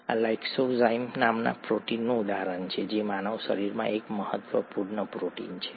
આ લાઇસોઝાઇમ નામના પ્રોટીનનું ઉદાહરણ છે જે માનવ શરીરમાં એક મહત્વપૂર્ણ પ્રોટીન છે